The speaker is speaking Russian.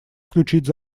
включить